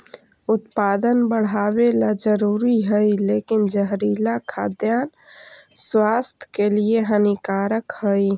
उत्पादन बढ़ावेला जरूरी हइ लेकिन जहरीला खाद्यान्न स्वास्थ्य के लिए हानिकारक हइ